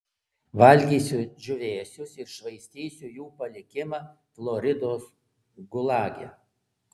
valgysiu džiūvėsius ir švaistysiu jų palikimą floridos gulage